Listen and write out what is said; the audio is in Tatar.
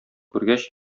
күргәч